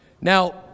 Now